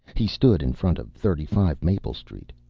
he stood in front of thirty five maple street.